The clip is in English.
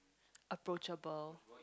approachable